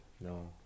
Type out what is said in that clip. No